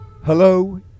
Hello